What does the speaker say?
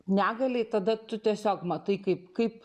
negaliai tada tu tiesiog matai kaip kaip